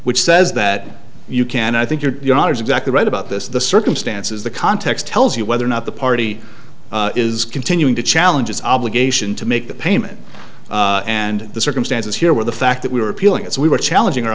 which says that you can i think you're not exactly right about this the circumstances the context tells you whether or not the party is continuing to challenge is obligation to make the payment and the circumstances here were the fact that we were appealing it so we were challenging or